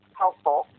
helpful